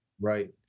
Right